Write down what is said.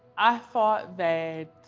i thought that,